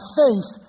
faith